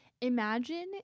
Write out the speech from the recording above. imagine